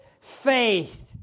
faith